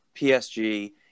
PSG